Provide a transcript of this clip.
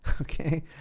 Okay